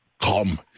Come